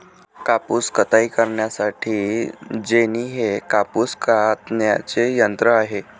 कापूस कताई करण्यासाठी जेनी हे कापूस कातण्याचे यंत्र आहे